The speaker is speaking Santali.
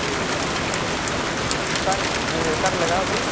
ᱛᱚ ᱚᱠᱟᱨᱮ ᱚᱠᱟᱨᱮ ᱞᱟᱜᱟᱣ ᱟᱠᱟᱱᱟ